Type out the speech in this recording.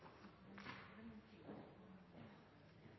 en